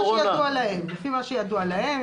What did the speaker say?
לפי מה שידוע להם,